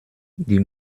die